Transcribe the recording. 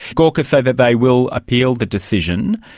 gawker say that they will appeal the decision.